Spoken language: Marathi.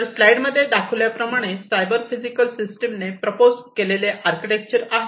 वर स्लाईड मध्ये दाखवल्या प्रमाणे सायबर फिजिकल सिस्टीमने प्रपोज केलेले आर्किटेक्चर आहे